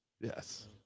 Yes